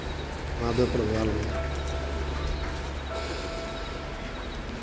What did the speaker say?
माधोपुर में